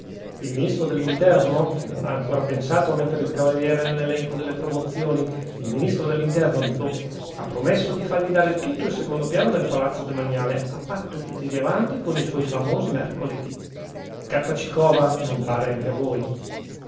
il ministro dell'interno che non ha ancora pensato a mettere il cavaliere nell'elenco delle promozioni il ministro dell'interno dico ha promesso di fargli dare tutto il secondo piano del palazzo demaniale a patto che tiri avanti i suoi famosi mercoledì gatta ci cova non pare anche a voi